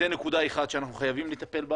זו נקודה אחת שאנחנו חייבים לטפל בה